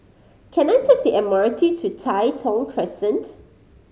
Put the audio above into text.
can I take the M R T to Tai Thong Crescent